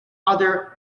other